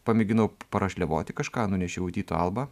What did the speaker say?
pamėginau parašliavoti kažką nunešiau į tyto alba